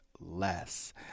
less